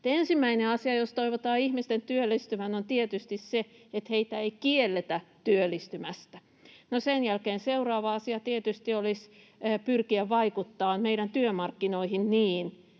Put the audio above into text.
sektorille. Jos toivotaan ihmisten työllistyvän, ensimmäinen asia on tietysti se, että heitä ei kielletä työllistymästä. No, sen jälkeen seuraava asia tietysti olisi pyrkiä vaikuttamaan meidän työmarkkinoihin niin,